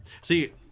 See